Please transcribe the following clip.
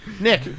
Nick